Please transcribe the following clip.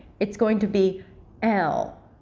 it's going to be l.